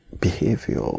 behavior